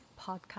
podcast